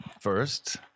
first